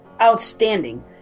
Outstanding